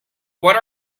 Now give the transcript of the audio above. what